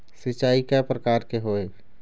सिचाई कय प्रकार के होये?